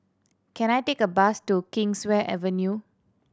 can I take a bus to Kingswear Avenue